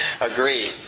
agree